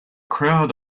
crowd